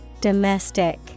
Domestic